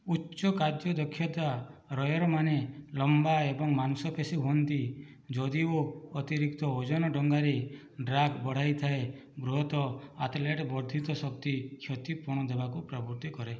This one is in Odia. ଉଚ୍ଚ କାର୍ଯ୍ୟଦକ୍ଷତା ରୋୟରମାନେ ଲମ୍ବା ଏବଂ ମାଂସପେଶୀ ହୁଅନ୍ତି ଯଦିଓ ଅତିରିକ୍ତ ଓଜନ ଡଙ୍ଗାରେ ଡ୍ରାଗ୍ ବଢ଼ାଇଥାଏ ବୃହତ ଆଥେଲେଟ୍ ବର୍ଦ୍ଧିତ ଶକ୍ତି କ୍ଷତିପୂରଣ ଦେବାକୁ ପ୍ରବୃତ୍ତି କରେ